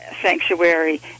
Sanctuary